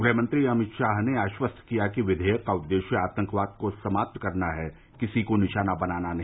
गृहमंत्री अमित शाह ने आश्वस्त किया कि विधेयक का उद्देश्य आतंकवाद को समाप्त करना है किसी को निशाना बनाना नहीं